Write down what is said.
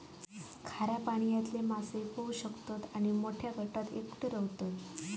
खाऱ्या पाण्यातले मासे पोहू शकतत आणि मोठ्या गटात एकटे रव्हतत